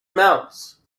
amounts